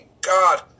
God